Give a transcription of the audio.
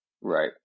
Right